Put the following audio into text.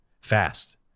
fast